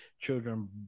Children